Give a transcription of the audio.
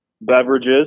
beverages